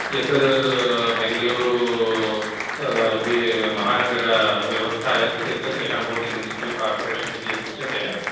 यत् बेङ्गलूरु बी महानगरव्यवस्था यद् अस्ति तेषां भवति मुन्सिपल् कार्परेशन् इति यद् उच्यते